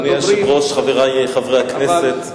אבל, אדוני היושב-ראש, חברי חברי הכנסת מהקהילה,